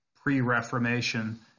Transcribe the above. pre-reformation